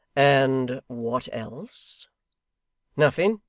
and what else nothing.